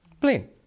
Plain